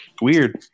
weird